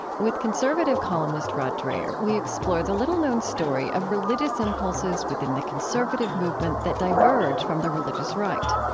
with conservative columnist rod dreher, we explore the little-known story of religious impulses within the conservative movement that diverge from the religious right.